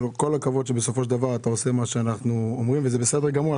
כל הכבוד אתה עושה מה שאנחנו אומרים וזה בסדר גמור.